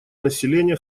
населения